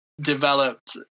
developed